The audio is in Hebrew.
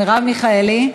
מרב מיכאלי,